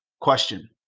Question